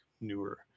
newer